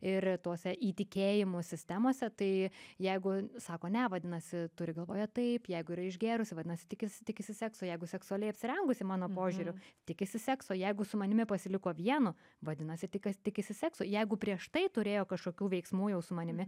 ir tose įtikėjimo sistemose tai jeigu sako ne vadinasi turi galvoje taip jeigu yra išgėrusi vadinasi tikisi tikisi sekso jeigu seksualiai apsirengusi mano požiūriu tikisi sekso jeigu su manimi pasiliko vienu vadinasi tik kas tikisi sekso jeigu prieš tai turėjo kažkokių veiksmų jau su manimi